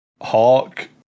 Hawk